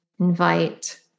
invite